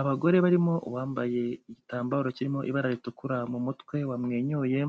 Abagore barimo uwambaye igitambaro kirimo ibara ritukura mu mutwe, wamwenyuye